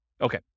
okay